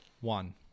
one